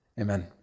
Amen